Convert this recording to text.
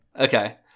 Okay